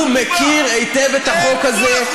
הוא מכיר היטב את החוק הזה,